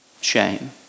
Shame